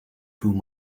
whom